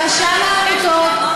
רשם העמותות,